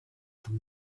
from